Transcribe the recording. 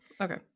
Okay